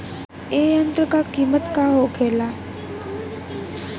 ए यंत्र का कीमत का होखेला?